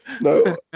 No